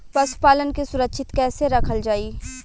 पशुपालन के सुरक्षित कैसे रखल जाई?